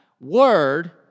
word